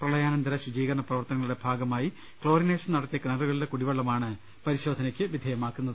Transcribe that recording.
പ്രളയാനന്തര ശുചീകരണപ്രവർത്തന്ങ്ങളുടെ ഭാഗമായി ക്ലോറിനേഷൻ നടത്തിയ കിണറുകളിലെ കുടിവെള്ളമാണ് പരിശോധനയ്ക്ക് വിധേ യമാക്കുന്നത്